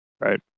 right